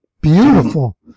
Beautiful